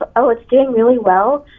ah oh it's doing really well.